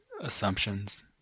assumptions